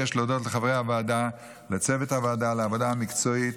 אבקש להודות לחברי הוועדה ולצוות הוועדה על העבודה המקצועית,